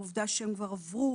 העובדה שהם כבר עברו